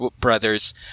Brothers